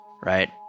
right